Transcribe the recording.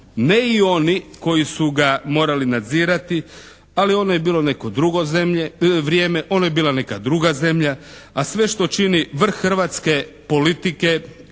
ne i oni koji su ga morali nadzirati ali ono je bilo neko drugo vrijeme, ono je bila neka druga zemlja a sve što čini vrh hrvatske politike,